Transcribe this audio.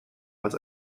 was